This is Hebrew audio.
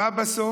ומה בסוף?